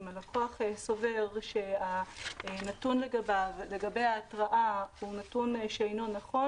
אם הלקוח סובר שהנתון לגבי ההתראה הוא נתון שאינו נכון,